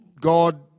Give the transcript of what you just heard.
God